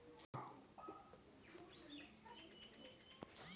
फायदा के आमतौरो पे लेखांकनो मे शामिल करलो जाय सकै छै